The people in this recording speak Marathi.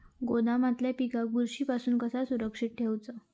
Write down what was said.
गोदामातल्या पिकाक बुरशी पासून कसा सुरक्षित ठेऊचा?